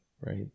right